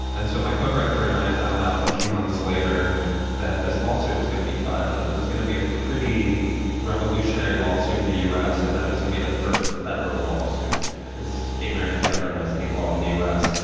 and so my co-director and i found out a few months later that this lawsuit was going to be filed and it was going to be a pretty revolutionary lawsuit in the us and that it was going to be the first federal lawsuit, because gay marriage is governed by state law in the us.